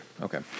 Okay